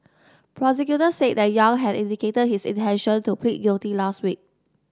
prosecutors said that Yang had indicated his intention to plead guilty last week